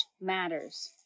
matters